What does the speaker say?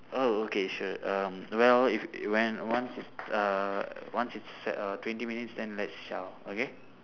oh okay sure um well if it went once it uh once it's set uh twenty minutes then let's chao okay